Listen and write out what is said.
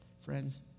friends